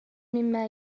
مما